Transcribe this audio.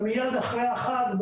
מיד אחרי החג,